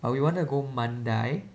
but we wanted to go Mandai